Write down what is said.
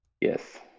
Yes